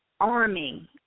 army